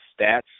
stats